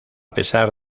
pesar